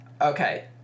okay